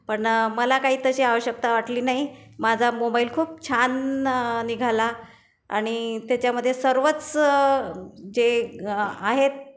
पण मला काही तशी आवश्यकता वाटली नाही माझा मोबाईल खूप छान निघाला आणि त्याच्यामधे सर्वच जे आहेत